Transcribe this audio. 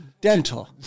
dental